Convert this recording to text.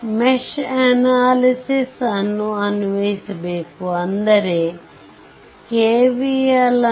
mesh analysis ಅನ್ನು ಅನ್ವಯಿಸಬೇಕು ಅಂದರೆ KVLನ್ನು